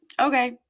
Okay